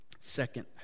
Second